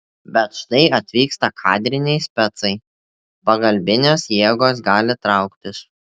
bet štai atvyksta kadriniai specai pagalbinės jėgos gali trauktis